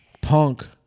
Punk